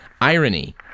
Irony